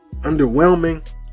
underwhelming